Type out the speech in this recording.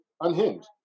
unhinged